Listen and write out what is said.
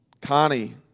Connie